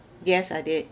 yes I did